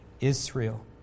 Israel